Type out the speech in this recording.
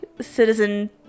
citizen